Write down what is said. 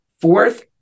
Fourth